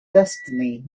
destiny